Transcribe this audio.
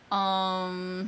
um